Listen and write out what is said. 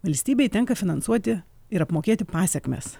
valstybei tenka finansuoti ir apmokėti pasekmes